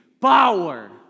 power